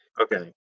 Okay